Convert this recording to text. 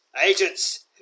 Agents